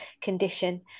condition